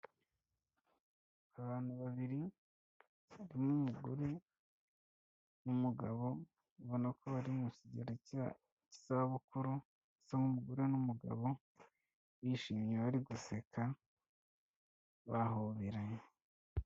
Abantu babiri harimo umugore n'umugabo ubona ko bari mu kigero cy'izabukuru bisa nkaho umugore n'umugabo bishimye bari guseka bahoberanye.